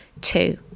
Two